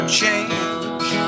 change